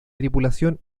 tripulación